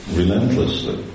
relentlessly